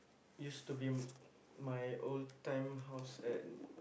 used to be my old time house at